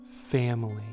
Family